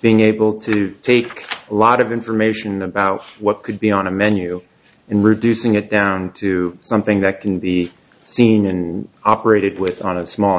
being able to take a lot of information about what could be on a menu and reducing it down to something that can be seen and operated with on a small